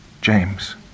James